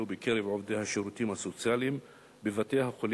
בקרב עובדי השירותים הסוציאליים בבתי-החולים,